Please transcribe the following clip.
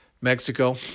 Mexico